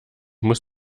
muss